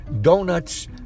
Donuts